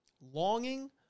longing